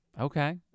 Okay